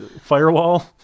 firewall